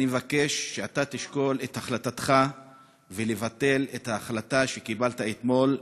אני מבקש שאתה תשקול את החלטתך ולבטל את ההחלטה שקיבלת אתמול,